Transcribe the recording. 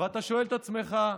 ושואל את עצמך,